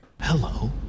Hello